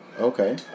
Okay